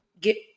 get